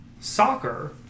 soccer